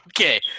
Okay